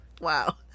wow